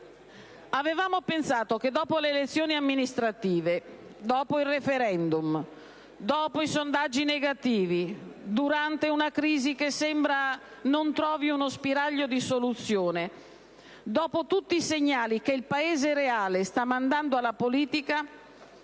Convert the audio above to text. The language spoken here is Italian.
avevamo pensato che dopo le elezioni amministrative, dopo il *referendum*, dopo i sondaggi negativi e durante una crisi che sembra non trovi uno spiraglio di soluzione, dopo tutti i segnali che il Paese reale sta mandando alla politica,